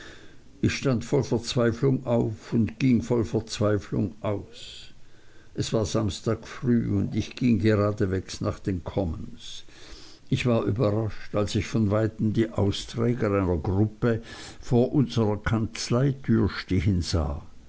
ich stand voll verweiflung auf und ging voll verzweiflung aus es war samstag früh und ich ging geradeswegs nach den commons ich war überrascht als ich von weitem die austräger in einer gruppe vor unserer kanzleitür stehen sah